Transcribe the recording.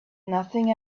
nothing